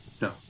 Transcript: No